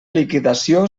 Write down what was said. liquidació